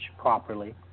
properly